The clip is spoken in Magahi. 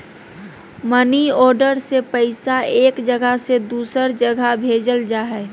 मनी ऑर्डर से पैसा एक जगह से दूसर जगह भेजल जा हय